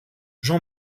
jean